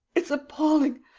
it's appalling.